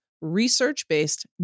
research-based